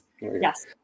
Yes